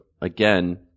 again